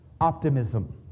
optimism